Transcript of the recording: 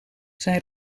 zijn